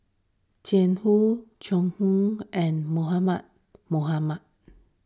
Jiang Hu Joan Hon and Mohamed Mohamed